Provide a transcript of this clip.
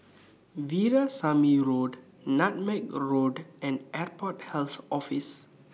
Veerasamy Road Nutmeg Road and Airport Health Office